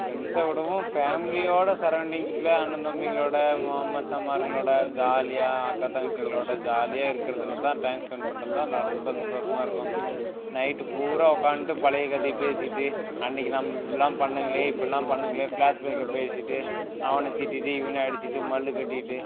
ஃப்ரெண்ட்ஸை விடவும் ஃபேம்லியோடு சரௌண்டிங்ஸில் அண்ணன் தம்பிங்களோடு மாமன் மச்சான்மாருங்களோட ஜாலியாக அக்கா தங்கச்சிங்களோடு ஜாலியாக இருக்கறதில் தான் டைம் ஸ்பெண்ட் பண்ணுறது தான் ரொம்ப சந்தோஷமா இருக்கும் நைட்டு பூராக உக்காந்துட்டு பழைய கதையை பேசிட்டு அன்றைக்கி நம்ம இப்படிலாம் பண்ணோங்களே இப்பட்லாம் பண்ணோங்களே ஃப்ளாஷ்பேக்கை பேசிட்டு அவனை திட்டிவிட்டு இவனை அடித்துட்டு மல்லுக்கட்டிட்டு